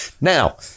Now